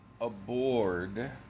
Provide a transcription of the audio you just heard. aboard